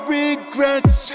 regrets